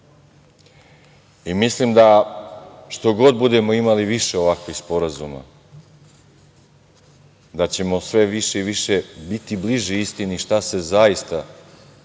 I mislim da šta god budemo imali više ovakvih sporazuma, da ćemo sve više i više biti bliži istini šta se zaista Srbiji